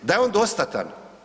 Da je on dostatan?